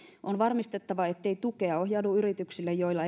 on varmistettava ettei tukea ohjaudu yrityksille joilla